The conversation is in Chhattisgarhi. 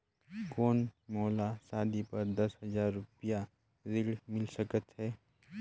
कौन मोला शादी बर दस हजार रुपिया ऋण मिल सकत है?